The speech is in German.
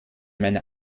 meiner